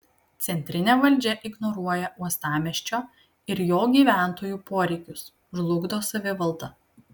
centrinė valdžia ignoruoja uostamiesčio ir jo gyventojų poreikius žlugdo savivaldą